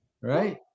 Right